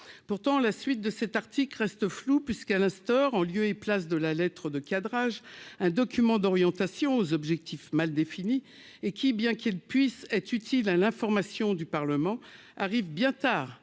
pourtant, la suite de cet article reste flou puisqu'elle instaure en lieu et place de la lettre de cadrage, un document d'orientation aux objectifs mal définis et qui, bien qu'elle puisse être utile, hein, l'information du Parlement arrive bien tard